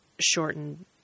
shortened